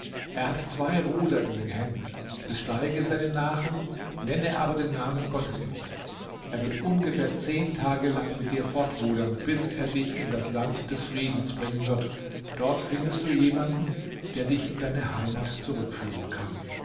er hat zwei ruder in den händen besteige seinen nachen nenne aber den namen gottes nicht er wird ungefähr zehn tage lang mit dir fortrudern bis er dich in das land des friedens bringen wird dort findest du jemanden der dich in deine heimat zurückführen kann